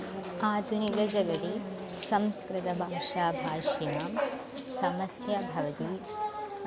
आधुनिकजगति संस्कृतभाषाभाषीणां समस्या भवति